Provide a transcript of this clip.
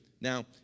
Now